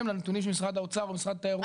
לנתונים של משרד האוצר ומשרד התיירות.